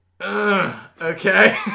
okay